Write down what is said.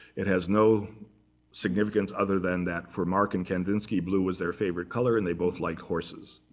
it has no significance other than that, for marc and kandinsky, blue is their favorite color, and they both like horses.